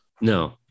No